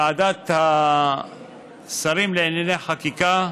ועדת שרים לענייני חקיקה,